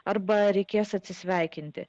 arba reikės atsisveikinti